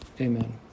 Amen